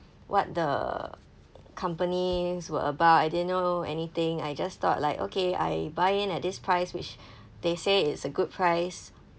what the companies were about I didn't know anything I just thought like okay I buy in at this price which they say is a good price